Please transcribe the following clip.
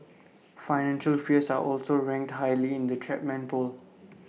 financial fears are also ranked highly in the Chapman poll